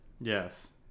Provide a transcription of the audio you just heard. yes